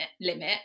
limit